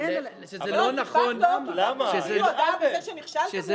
נכון -- זו כאילו הודאה בזה שנכשלתם?